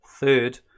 Third